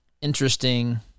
interesting